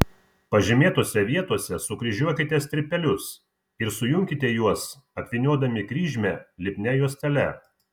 pažymėtose vietose sukryžiuokite strypelius ir sujunkite juos apvyniodami kryžmę lipnia juostele